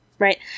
Right